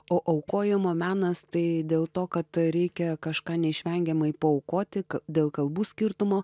o aukojimo menas tai dėl to kad reikia kažką neišvengiamai paaukoti dėl kalbų skirtumo